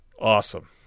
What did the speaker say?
Awesome